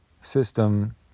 system